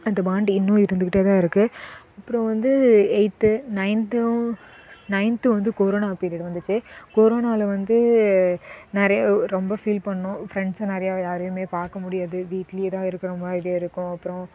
அந்த பாண்ட் இன்னும் இருந்துக்கிட்டே தான் இருக்குது அப்புறம் வந்து எயித்து நைன்த்தும் நைன்த்தும் வந்து கொரோனா பீரியடு வந்துச்சு கொரோனாவில் வந்து நெறைய ரொம்ப ஃபீல் பண்ணோம் ஃப்ரண்ட்ஸ் நெறையா யாரையுமே பார்க்க முடியாது வீட்டிலேயே தான் இருக்கிற மாதிரி தான் இருக்கும் அப்புறம்